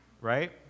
right